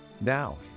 Now